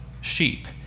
sheep